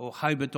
או אם חי בתוכנו